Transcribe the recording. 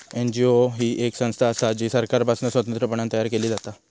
NGO ही येक संस्था असा जी सरकारपासना स्वतंत्रपणान तयार केली जाता